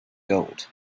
gold